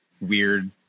weird